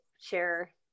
share